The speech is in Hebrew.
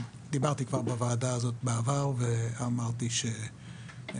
כבר דיברתי בוועדה הזאת בעבר ואמרתי שאני